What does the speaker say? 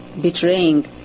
betraying